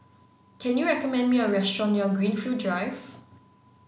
can you recommend me a restaurant near Greenfield Drive